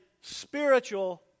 spiritual